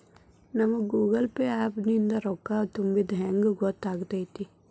ನಮಗ Google Pay app ನಿಂದ ರೊಕ್ಕಾ ತುಂಬಿದ್ದ ಹೆಂಗ್ ಗೊತ್ತ್ ಆಗತೈತಿ?